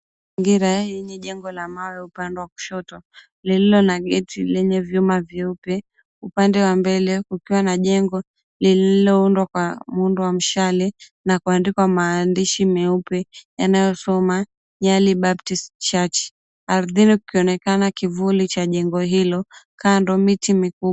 Mazingira yenye jengo la mawe upande wa kushoto lililo na geti lenye vyuma vyeupe. Upande wa mbele kukiwa na jengo lililoundwa kwa muundo wa mshale na kuandikwa maandishi meupe yanayosoma, Nyali Baptist Church. Ardhini kukionekana kivuli cha jengo hilo, kando miti mikubwa.